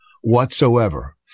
whatsoever